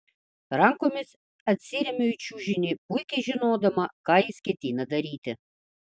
rankomis atsiremiu į čiužinį puikiai žinodama ką jis ketina daryti